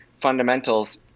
fundamentals